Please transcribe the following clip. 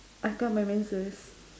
I got my menses